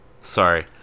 Sorry